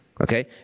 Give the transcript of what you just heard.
okay